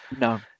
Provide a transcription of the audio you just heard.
No